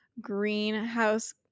Greenhouse